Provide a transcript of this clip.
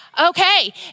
Okay